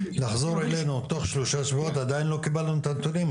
לחזור אלינו תוך שלושה שבועות ועדיין לא קיבלנו את הנתונים,